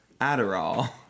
Adderall